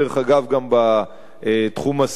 גם בתחום הסביבתי,